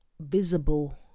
visible